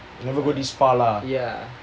you never go this far lah